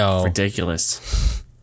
ridiculous